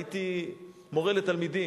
הייתי מורה לתלמידים.